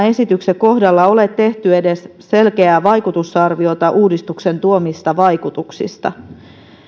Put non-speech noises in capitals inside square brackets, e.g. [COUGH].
[UNINTELLIGIBLE] esityksen kohdalla ole tehty edes selkeää vaikutusarviota uudistuksen tuomista vaikutuksista